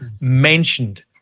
mentioned